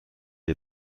dei